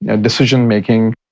decision-making